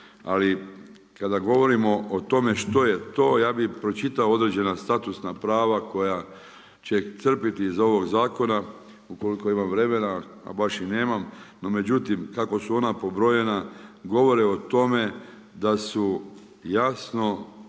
ali kada govorimo o tome što je to, ja bi pročitao određena statusna prava koja će ih crpiti iz ovog zakona ukoliko imam vremena, a baš i nemam. No međutim, kako su ona pobrojena govore o tome da su jasno